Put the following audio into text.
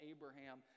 Abraham